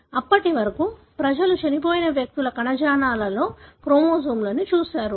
అప్పటి వరకు ప్రజలు చనిపోయిన వ్యక్తుల కణజాలాలలో క్రోమోజోమ్లను చూశారు